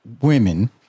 women